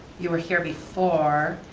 you were here before.